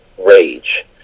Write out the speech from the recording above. rage